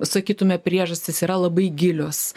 sakytume priežastys yra labai gilios